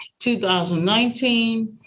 2019